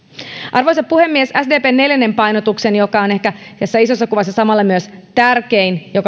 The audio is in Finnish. arvoisa puhemies sdpn neljäs painotus liittyy toisen asteen kokonaisvaltaiseen kehittämiseen ja on ehkä tässä isossa kuvassa samalla myös tärkein ja